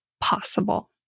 possible